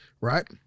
Right